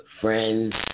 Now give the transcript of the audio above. Friends